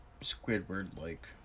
Squidward-like